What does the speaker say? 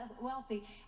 wealthy